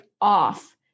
off